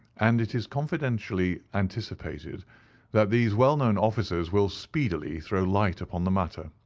and it is confidently anticipated that these well-known officers will speedily throw light upon the matter.